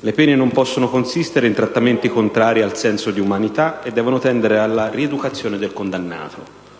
«Le pene non possono consistere in trattamenti contrari al senso di umanità e devono tendere alla rieducazione del condannato».